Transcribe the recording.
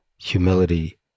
humility